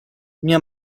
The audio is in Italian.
mia